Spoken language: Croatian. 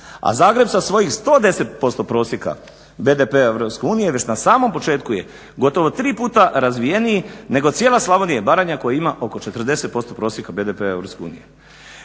A Zagreb sa svojih 110% prosjeka BDP-a u Europskoj uniji je već na samom početku je gotovo 3 puta razvijeniji nego cijela Slavonija i Baranja koja ima oko 40% prosjeka BDP-a